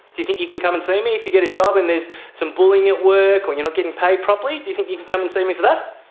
do you think you can come and see me if you get a job and there's some bullying at work or you're not getting paid properly, do you think you can come and see for that?